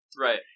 Right